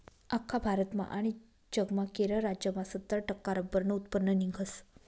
आख्खा भारतमा आनी जगमा केरळ राज्यमा सत्तर टक्का रब्बरनं उत्पन्न निंघस